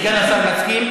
סגן השר מסכים.